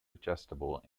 adjustable